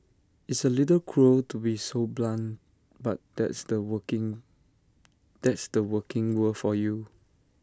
it's A little cruel to be so blunt but that's the working that's the working world for you